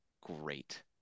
great